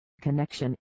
Connection